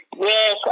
Yes